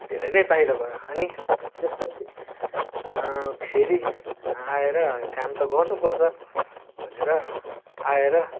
धेरै नै बाहिर भयो अनि त्यसपछि फेरि आएर काम त गर्नुपर्छ भनेर आएर